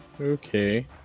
okay